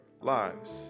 lives